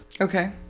Okay